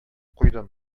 куйдым